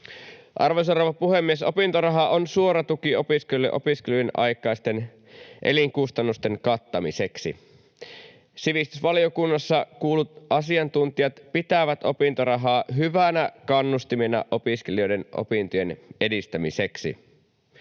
rouva puhemies! Opintoraha on suora tuki opiskelijoille opiskelujen aikaisten elinkustannusten kattamiseksi. Sivistysvaliokunnassa kuullut asiantuntijat pitävät opintorahaa hyvänä kannustimena opiskelijoiden opintojen edistämiseksi.